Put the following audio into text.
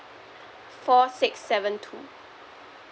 four six seven two